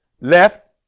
left